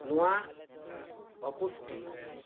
ᱱᱚᱣᱟ ᱚᱯᱚᱥᱴᱤ